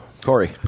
Corey